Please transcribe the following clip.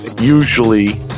usually